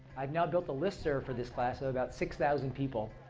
i've now built the listserv for this class of about six thousand people.